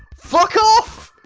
fuck off!